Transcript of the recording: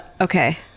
Okay